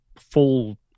full